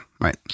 right